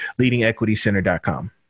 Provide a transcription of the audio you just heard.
leadingequitycenter.com